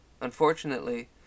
Unfortunately